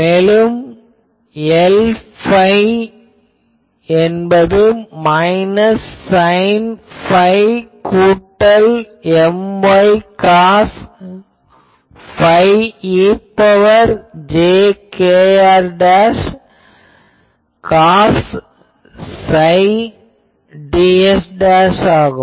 மேலும் Lϕ என்பது minus sine phi கூட்டல் My காஸ் phi e ன் power j kr cos psi ds ஆகும்